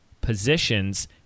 positions